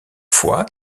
fois